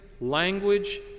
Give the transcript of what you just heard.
language